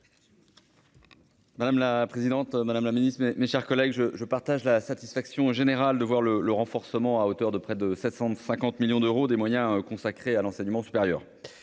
Madame la présidente, madame la ministre, mes chers collègues, je partage la satisfaction générale de constater l'augmentation de près de 750 millions d'euros des moyens consacrés à l'enseignement supérieur.